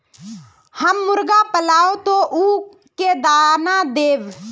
हम मुर्गा पालव तो उ के दाना देव?